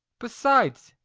besides,